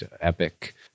Epic